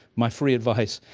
my free advice,